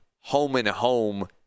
home-and-home